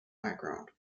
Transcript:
background